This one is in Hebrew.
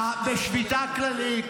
בשביתה כללית,